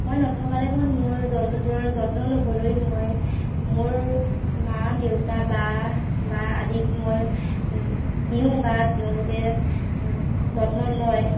মই নথকা টাইমত মোৰ জন্তুবোৰৰ যত্ন ল'বলৈ মই মোৰ মা দেউতা বা বা আদিক মই দিওঁ বা তেওঁলোকে যত্ন লয়